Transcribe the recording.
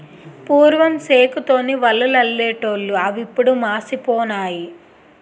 పూర్వం సేకు తోని వలలల్లెటూళ్లు అవిప్పుడు మాసిపోనాయి